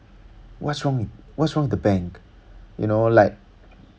what's wrong with what's wrong with the bank you know like